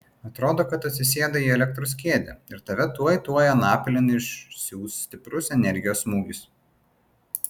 atrodo kad atsisėdai į elektros kėdę ir tave tuoj tuoj anapilin išsiųs stiprus energijos smūgis